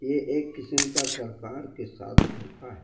یہ ایک قسم کا سرکار کے ساتھ دھوکہ ہے